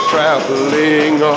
Traveling